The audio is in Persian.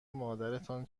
مادرتان